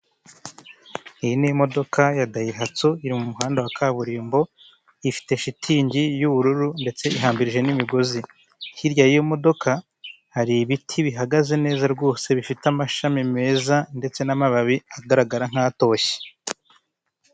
Iyi ni imodoka ya dayihatsu iri mu muhanda wa kaburimbo ifite shitingi y'ubururu ndetse ihambiririje n'imigozi, hirya y'iyo modoka hari ibiti bihagaze neza rwose bifite amashami meza ndetse n'amababi agaragara nk'atoshye.